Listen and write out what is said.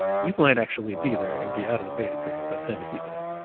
you might actually be there, and be out of the beta period by the time you see this.